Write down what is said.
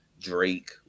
Drake